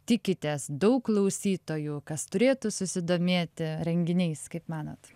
tikitės daug klausytojų kas turėtų susidomėti renginiais kaip manot